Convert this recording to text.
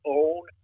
own